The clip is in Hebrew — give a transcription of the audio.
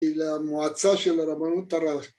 ‫אל המועצה של הרבנות ה מה...